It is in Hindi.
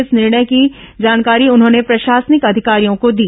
इस निर्णय की जानकारी उन्होंने प्रशासनिक अधिकारियों को दी